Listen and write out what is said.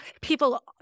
people